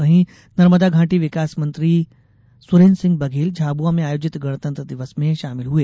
वहीं नर्मदा घाटी विकास मंत्री सुरेन्द्र सिंह बघेल झाबुआ में आयोजित गणतंत्र दिवस में शामिल हुए